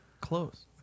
close